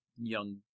young